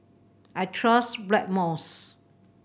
I trust Blackmores